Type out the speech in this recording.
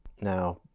now